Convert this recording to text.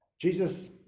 Jesus